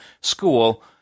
school